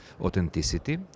authenticity